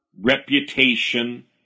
reputation